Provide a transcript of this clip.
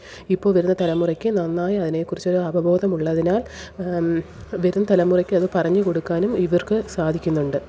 ഇപ്പോൾ വരുന്ന തലമുറയ്ക്ക് നന്നായി അതിനെ കുറിച്ച് ഒരു അവബോധം ഉള്ളതിനാല് വരും തലമുറയ്ക്ക് അത് പറഞ്ഞു കൊടുക്കാനും ഇവര്ക്ക് സാധിക്കുന്നുണ്ട്